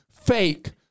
fake